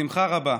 השמחה רבה,